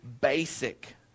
basic